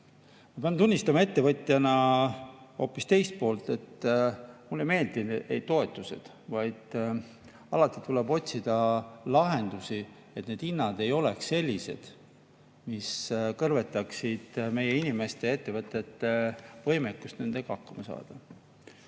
pean tunnistama ettevõtjana hoopis [seda], et mulle ei meeldi toetused, vaid alati tuleb otsida lahendusi, et hinnad ei oleks sellised, mis kõrvetaksid meie inimeste ja ettevõtete võimekust nendega hakkama saada.